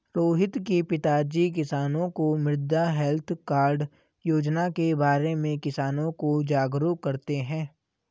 रोहित के पिताजी किसानों को मृदा हैल्थ कार्ड योजना के बारे में किसानों को जागरूक करते हैं